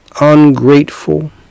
ungrateful